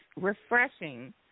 refreshing